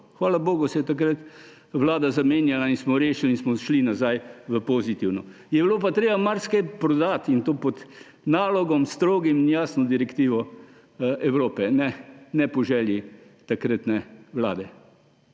Hvala bogu se je takrat vlada zamenjala in smo rešil in smo šli nazaj v pozitivno. Je bilo pa treba marsikaj prodati; in to pod strogim nalogom in jasno direktivo Evrope, ne po želji takratne vlade.